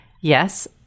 Yes